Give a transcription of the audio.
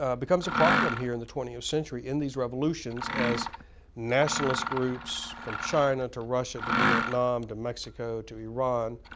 ah becomes a problem here in the twentieth century in these revolutions as nationalist groups from china to russia to vietnam to mexico to iran,